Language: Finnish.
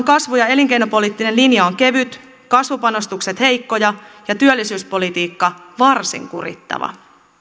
kasvu ja elinkeinopoliittinen linja on kevyt kasvupanostukset heikkoja ja työllisyyspolitiikka varsin kurittava